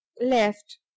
left